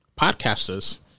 Podcasters